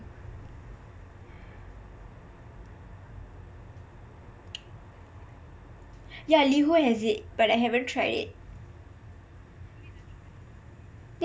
yah liho has it but I haven't tried it